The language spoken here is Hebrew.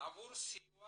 עבור סיוע